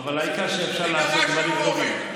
אבל העיקר שאפשר לעשות דברים טובים.